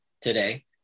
today